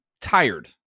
tired